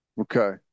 Okay